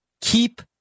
keep